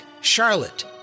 Charlotte